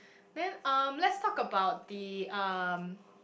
then um let's talk about the um